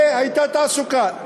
והייתה תעסוקה.